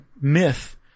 myth